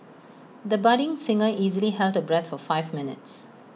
the budding singer easily held her breath for five minutes